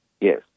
yes